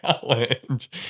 challenge